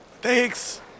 Thanks